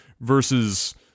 versus